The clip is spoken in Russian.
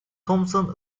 томпсон